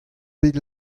bet